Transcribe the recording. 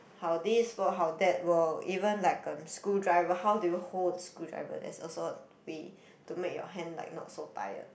how this work how that work even like um screwdriver how do you hold the screwdriver there's also a way to make your hand like not so tired